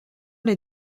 les